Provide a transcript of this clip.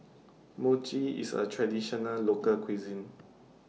Mochi IS A Traditional Local Cuisine